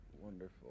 Wonderful